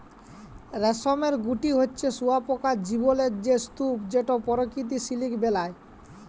রেশমের গুটি হছে শুঁয়াপকার জীবলের সে স্তুপ যেট পরকিত সিলিক বেলায়